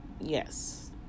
Yes